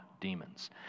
demons